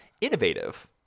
innovative